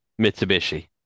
Mitsubishi